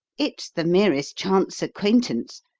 it's the merest chance acquaintance.